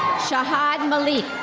shahad malik.